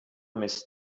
miss